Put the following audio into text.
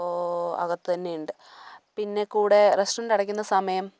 അപ്പോൾ അകത്ത് തന്നെയുണ്ട് പിന്നെ കൂടെ റസ്റ്റോറൻറ്റ് അടയ്ക്കുന്ന സമയം